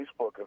Facebook